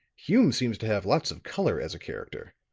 hume seems to have lots of color as a character.